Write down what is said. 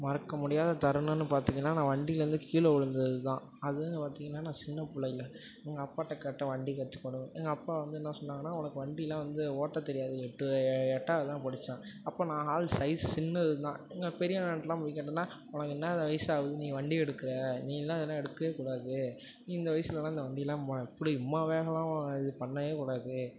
மறக்க முடியாத தருணம்னு பார்த்திங்கன்னா நான் வண்டிலேருந்து கீழே விழுந்ததுதான் அதுவும் பார்த்திங்கன்னா நான் சின்னப் பிள்ளையில எங்கள் அப்பாகிட்ட கேட்டேன் வண்டி கற்றுக்கணும்னு எங்கள் அப்பா வந்து என்ன சொன்னாங்கன்னால் உனக்கு வண்டியெலாம் வந்து ஓட்டத் தெரியாது எட்டு எட்டாவது தான் படித்தேன் அப்போ நா ஆள் சைஸ் சின்னதுதான் எங்கள் பெரிய அண்ணன்கிட்டலாம் போய் கேட்டேன்னால் உனக்கு என்ன வயசாகுது நீ வண்டி எடுக்கிற நீயெலாம் இதெல்லாம் எடுக்கவே கூடாது நீ இந்த வயதுலலாம் இந்த வண்டியெலாம் மா இப்படி இம்மா வேகம்லாம் இது பண்ணவே கூடாது